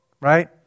right